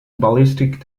ballistic